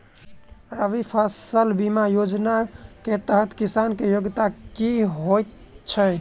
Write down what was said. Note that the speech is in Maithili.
रबी फसल बीमा योजना केँ तहत किसान की योग्यता की होइ छै?